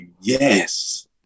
yes